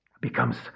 becomes